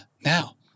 Now